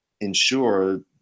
ensure